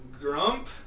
Grump